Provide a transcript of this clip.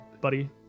buddy